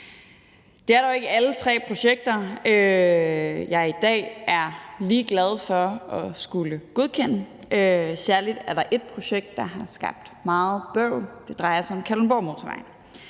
Det er dog ikke alle tre projekter, jeg i dag er lige glad for at skulle godkende; særlig er der et projekt, der har skabt meget bøvl, og det drejer sig om Kalundborgmotorvejen.